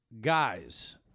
Guys